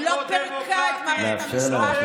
היא לא פירקה את מערכת המשפט,